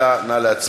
לא, לא.